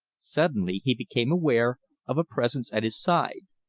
suddenly he became aware of a presence at his side.